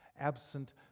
Absent